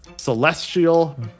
Celestial